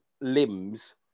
limbs